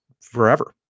forever